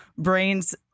brains